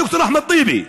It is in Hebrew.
ד"ר אחמד טיבי,